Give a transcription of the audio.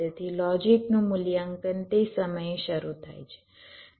તેથી લોજિકનું મૂલ્યાંકન તે સમયે શરૂ થાય છે